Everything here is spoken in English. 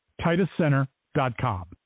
TitusCenter.com